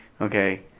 Okay